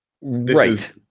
Right